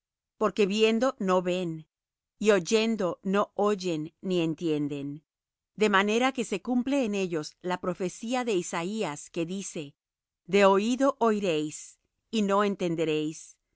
porque viendo no ven y oyendo no oyen ni entienden de manera que se cumple en ellos la profecía de isaías que dice de oído oiréis y no entenderéis y